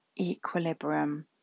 equilibrium